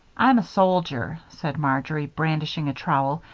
i'm a soldier, said marjory, brandishing a trowel,